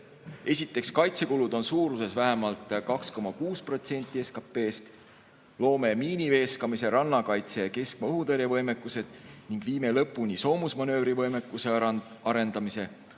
Esiteks, kaitsekulud on suuruses vähemalt 2,6% SKP‑st. Teiseks, loome miiniveeskamis‑, rannakaitse‑ ja keskmaaõhutõrjevõimekuse ning viime lõpuni soomusmanöövrivõimekuse arendamise,